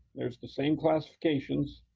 there's the same classifications,